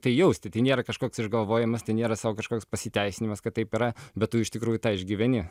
tai jausti tai nėra kažkoks išgalvojimas tai nėra sau kažkoks pasiteisinimas kad taip yra bet tu iš tikrųjų tą išgyveni